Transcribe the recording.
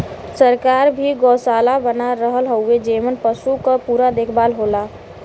सरकार भी गौसाला बना रहल हउवे जेमन पसु क पूरा देखभाल होला